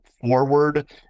forward